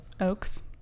Oaks